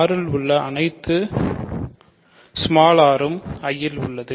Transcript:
R இல் உள்ள அனைத்து r உம் I இல் உள்ளது